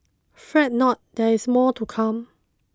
fret not there is more to come